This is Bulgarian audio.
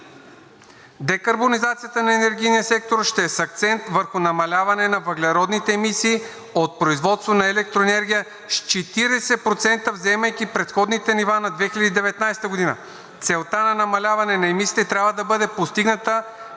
„Декарбонизацията на енергийния сектор ще е с акцент върху намаляване на въглеродните емисии от производство на електроенергия с 40%, вземайки предходните нива на 2019 г. Целта на намаляване на емисиите трябва да бъде постигната